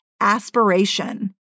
aspiration